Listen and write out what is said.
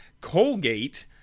Colgate